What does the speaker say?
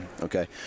Okay